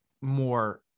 more